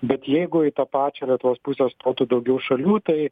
bet jeigu į tą pačią lietuvos pusę stotų daugiau šalių tai